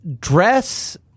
dress